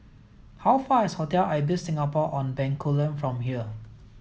how far is Hotel Ibis Singapore On Bencoolen from here